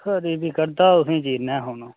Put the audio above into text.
हां खरी फिरी करदा तुसेंगी चिरे ने फोन